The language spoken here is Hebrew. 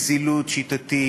יש זילות שיטתית